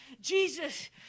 Jesus